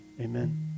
Amen